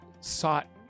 sought